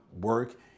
work